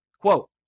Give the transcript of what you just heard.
quote